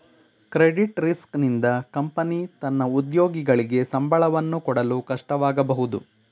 credit risk ನಿಂದ company ತನ್ನ ಉದ್ಯೋಗಿಗಳಿಗೆ ಸಂಬಳವನ್ನು ಕೊಡಲು ಕಷ್ಟವಾಗಬಹುದು